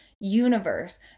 universe